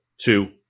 Two